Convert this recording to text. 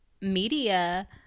media